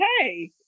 Hey